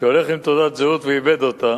שהולך עם תעודת זהות ואיבד אותה,